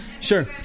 Sure